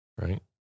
right